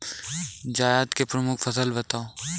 जायद की प्रमुख फसल बताओ